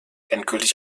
endgültig